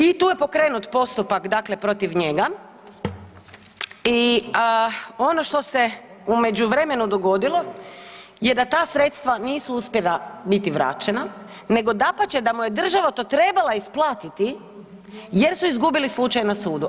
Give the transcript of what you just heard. I tu je pokrenut postupak dakle protiv njega i ono što se u međuvremenu dogodilo je da ta sredstva nisu uspjela biti vraćena nego dapače, da mu je država to trebala isplatiti jer su izgubili slučaj na sudu.